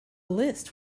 list